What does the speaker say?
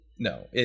No